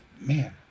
man